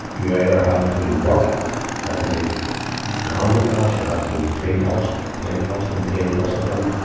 you either had to work, you had to make handicrafts, you had to clean huts, paint huts, maintain discipline,